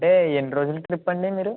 అంటే ఎన్ని రోజులు ట్రిప్ అండి మీరు